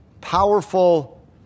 powerful